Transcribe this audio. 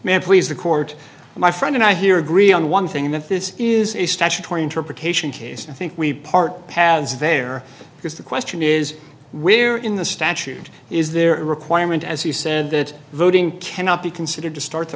man please the court my friend and i here agree on one thing that this is a statutory interpretation i think we part has there because the question is where in the statute is there a requirement as he said that voting cannot be considered to start t